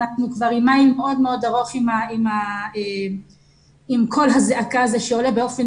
אנחנו כבר עם מייל מאוד ארוך עם קול הזעקה הזה שעולה באופן